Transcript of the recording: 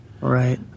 Right